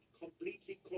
completely